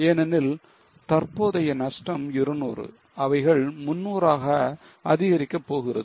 ஏனெனில் தற்போதைய நஷ்டம் 200 அவைகள் 300 ஆக அதிகரிக்க போகிறது